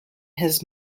his